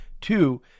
Two